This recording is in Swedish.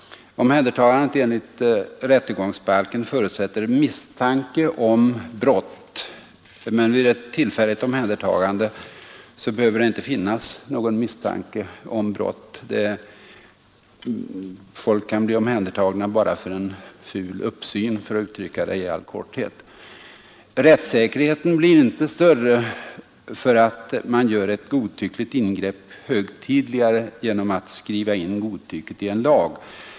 Omhändertagandet enligt rättegångsbalken förutsätter misstanke om brott, men vid tillfälligt omhändertagande finns det ingen misstanke om brott. Folk kan bli omhändertagna bara för en ful uppsyn för att uttrycka det i all korthet. Rättssäkerheten blir inte större för att man gör ett godtyckligt ingripande högtidligare genom att skriva in godtycket i en lag.